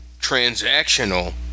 transactional